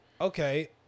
Okay